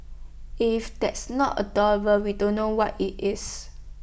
if that's not adorable we don't know what IT is